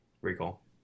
Recall